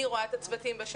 אני רואה את הצוותים בשטח.